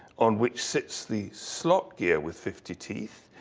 on which sits the slot gear with fifty teeth.